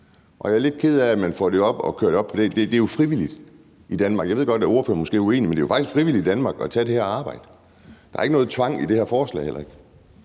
Jeg er lidt ked af, at man får det kørt op, for det er jo frivilligt i Danmark. Jeg ved godt, at ordføreren måske er uenig, men det er jo faktisk frivilligt i Danmark at tage det her arbejde. Der er ikke noget tvang i det her forslag. Vi snakker